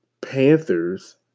Panthers